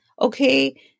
Okay